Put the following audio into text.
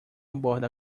aborda